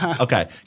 Okay